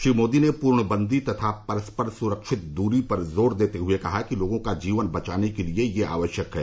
श्री मोदी ने पूर्णबंदी तथा परस्पर सुरक्षित दूरी पर जोर देते हुए कहा कि लोगों का जीवन बचाने के लिए यह आवश्यक है